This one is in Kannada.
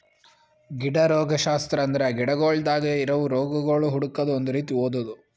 ಗಿಡ ರೋಗಶಾಸ್ತ್ರ ಅಂದುರ್ ಗಿಡಗೊಳ್ದಾಗ್ ಇರವು ರೋಗಗೊಳ್ ಹುಡುಕದ್ ಒಂದ್ ರೀತಿ ಓದದು